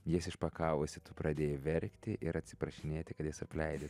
jas išpakavusi tu pradėjai verkti ir atsiprašinėti kad jas apleidai